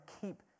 keep